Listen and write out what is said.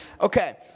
okay